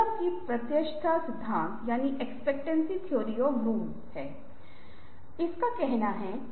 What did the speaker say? कुछ लोग ऐसे हैं जो उत्पाद और सेवाओं की मार्केटिंग करने और लाभप्रदता लाने या कंपनी के लिए धन लाने के लिए विचार पीढ़ी से निष्पादन या कार्यान्वयन में शामिल होते हैं